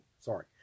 sorry